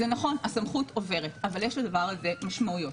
זה נכון, הסמכות עוברת, אבל יש לדבר הזה משמעויות.